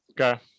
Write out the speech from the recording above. okay